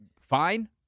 fine